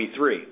23